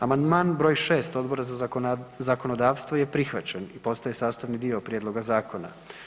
Amandman br. 6 Odbora za zakonodavstvo je prihvaćen i postaje sastavni dio prijedloga zakona.